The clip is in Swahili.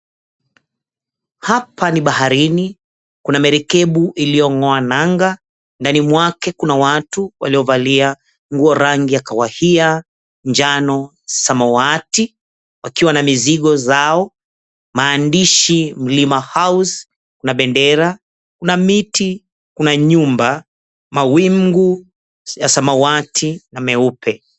Hapa ni baharini, kuna merikebu iliyong'oa nanga, ndani mwake kuna watu waliovalia nguo rangi ya kawahiya, njano, samawati, wakiwa na mizigo zao, maandishi, "Mlima House". Kuna bendera, kuna miti, kuna nyumba, mawingu ya samawati na meupe.